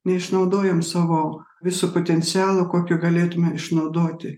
neišnaudojam savo viso potencialo kokio galėtume išnaudoti